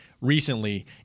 recently